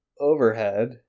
overhead